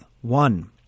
one